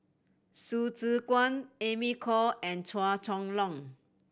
Hsu Tse Kwang Amy Khor and Chua Chong Long